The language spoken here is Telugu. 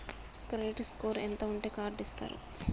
క్రెడిట్ స్కోర్ ఎంత ఉంటే కార్డ్ ఇస్తారు?